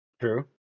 True